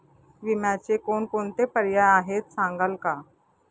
विम्याचे कोणकोणते पर्याय आहेत सांगाल का?